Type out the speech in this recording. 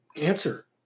answer